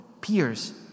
peers